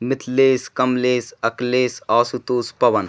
Mithilesh Kamlesh Akhilesh Ashutosh Pawan